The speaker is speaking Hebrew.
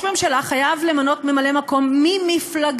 הממשלה חייב למלא ממלא מקום ממפלגתו,